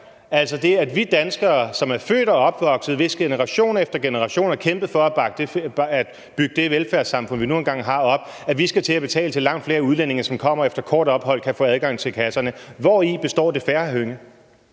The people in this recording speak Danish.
altså det, at vi danskere, som er født og opvokset her, og som i generation efter generation har kæmpet for at bygge det velfærdssamfund, vi nu engang har, op, nu skal til at betale til, at langt flere udlændinge, som kommer, efter et kort ophold kan få adgang til kasserne? Hvori består det fair, hr.